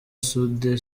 sudi